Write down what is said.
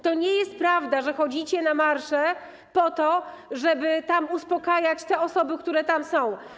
To nie jest prawda, że chodzicie na marsze po to, żeby uspokajać osoby, które tam są.